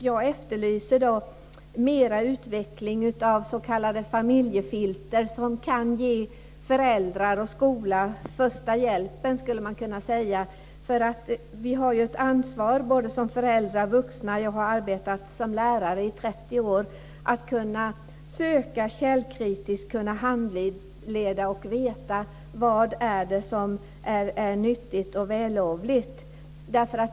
Jag efterlyser mer utveckling av s.k. familjefilter som kan ge föräldrar och skola första hjälpen, så att säga. Jag har arbetat som lärare i 30 år. Vi har ett ansvar både som föräldrar och vuxna att lära ungdomar att kunna söka källkritiskt och kunna handleda och veta vad som är nyttigt och vällovligt.